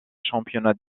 championnats